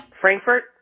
Frankfurt